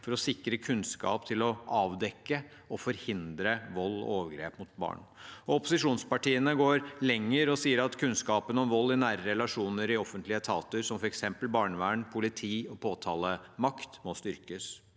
for å sikre kunnskap til å avdekke og forhindre vold og overgrep mot barn. Opposisjonspartiene går lenger og sier at kunnskapen om vold i nære relasjoner i offentlige etater, som f.eks. barnevern, politi og påtalemakt, må styrkes.